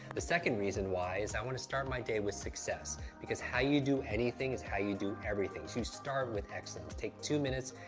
the second reason why is, i want to start my day with success, because how you do anything is how you do everything. so, you start with excellence. take two minutes,